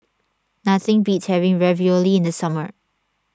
nothing beats having Ravioli in the summer